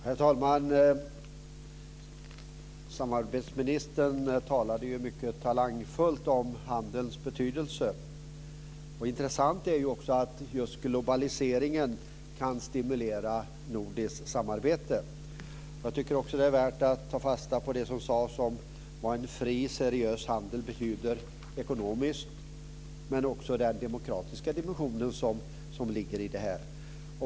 Herr talman! Samarbetsministern talade mycket talangfullt om handelns betydelse. Intressant är att just globaliseringen kan stimulera nordiskt samarbete. Jag tycker också att det är värt att ta fasta på det som sades om vad en fri och seriös handel betyder ekonomiskt men också den demokratiska dimension som ligger i det.